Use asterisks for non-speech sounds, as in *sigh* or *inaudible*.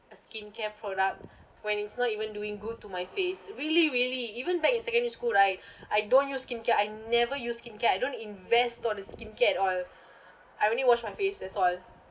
a skincare product when it's not even doing good to my face really really even back in secondary school right *breath* I don't use skincare I never use skincare I don't invest dollars in skincare at all I only wash my face that's all